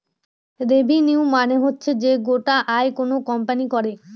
revenue মানে হচ্ছে যে গোটা আয় কোনো কোম্পানি করে